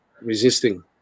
resisting